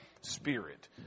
Spirit